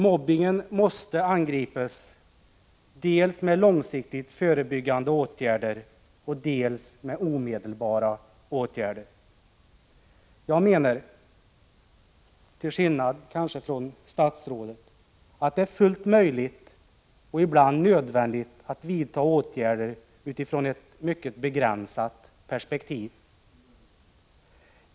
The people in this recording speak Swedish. Mobbningen måste angripas dels med långsiktigt förebyggande åtgärder, dels med omedelbara åtgärder. Jag menar — kanske till skillnad från statsrådet — att det är fullt möjligt, och ibland nödvändigt, att vidta åtgärder utifrån ett mycket begränsat perspektiv.